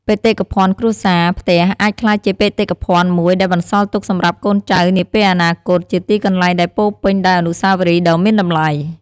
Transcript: បេតិកភណ្ឌគ្រួសារ ផ្ទះអាចក្លាយជាបេតិកភណ្ឌមួយដែលបន្សល់ទុកសម្រាប់កូនចៅនាពេលអនាគត ជាទីកន្លែងដែលពោរពេញដោយអនុស្សាវរីយ៍ដ៏មានតម្លៃ។